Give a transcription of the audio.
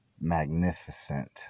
magnificent